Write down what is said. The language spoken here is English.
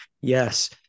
Yes